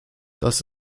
das